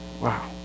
Wow